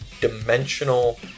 dimensional